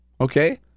Okay